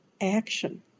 action